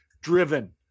driven